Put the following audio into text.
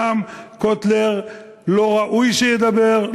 גם קוטלר לא ראוי שידבר,